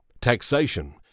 taxation